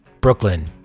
Brooklyn